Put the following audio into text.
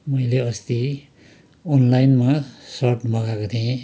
मैले अस्ति अनलाइनमा सर्ट मगाको थे